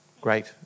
great